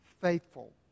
faithful